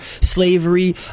slavery